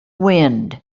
wind